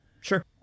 Sure